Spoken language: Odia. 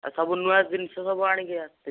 ଆ ସବୁ ନୂଆ ଜିନିଷ ସବୁ ଆଣିକି ଆସିବେ